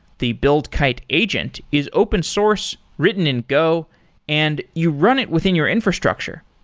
the buildkite agent is open source, written in go and you run it within your infrastructure.